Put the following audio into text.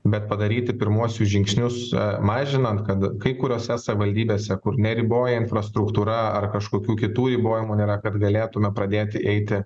bet padaryti pirmuosius žingsnius mažinant kad kai kuriose savivaldybėse kur neriboja infrastruktūra ar kažkokių kitų ribojimų nėra kad galėtume pradėti eiti